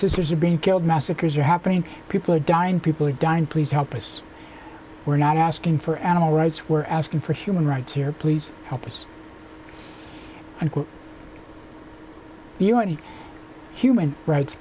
sisters are being killed massacres are happening people are dying people are dying please help us we're not asking for animal rights were asking for human rights here please help us and you any human rights